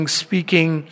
speaking